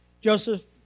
Joseph